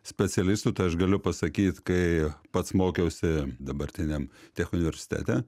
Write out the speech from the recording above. specialistų tai aš galiu pasakyt kai pats mokiausi dabartiniam tech universitete